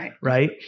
right